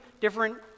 different